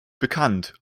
bekannt